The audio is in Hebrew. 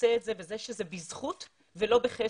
עושה את זה כך שזה בזכות ולא בחסד.